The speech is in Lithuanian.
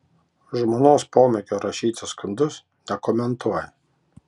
žmonos pomėgio rašyti skundus nekomentuoja